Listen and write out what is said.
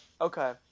okay